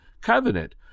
covenant